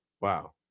Wow